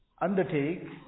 undertake